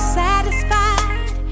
satisfied